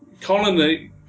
Colony